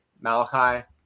Malachi